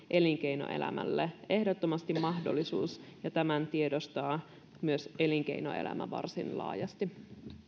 elinkeinoelämälle ehdottomasti mahdollisuus ja tämän tiedostaa myös elinkeinoelämä varsin laajasti